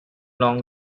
long